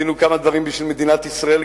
עשינו קצת דברים בשביל מדינת ישראל,